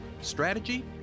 strategy